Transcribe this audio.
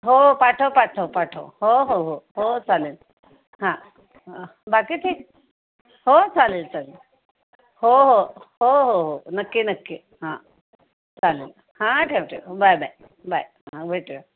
हो पाठव पाठव पाठव हो हो हो हो चालेल हां बाकी ठीक हो चालेल चालेल हो हो हो हो हो नक्की नक्की हां चालेल हां ठेव ठेव बाय बाय बाय हां भेटूया